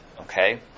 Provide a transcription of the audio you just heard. Okay